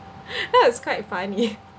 that was quite funny